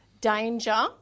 danger